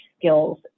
skills